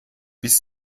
bis